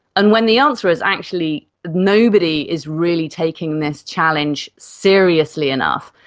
and when the answer is actually nobody is really taking this challenge seriously enough,